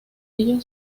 ello